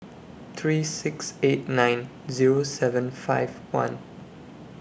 three six eight nine Zero seven five one